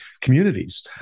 communities